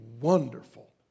wonderful